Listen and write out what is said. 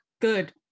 good